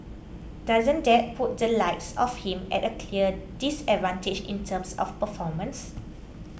doesn't that put the likes of him at a clear disadvantage in terms of performance